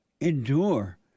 Endure